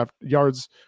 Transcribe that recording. yards